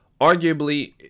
arguably